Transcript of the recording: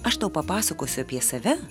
aš tau papasakosiu apie save